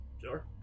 Sure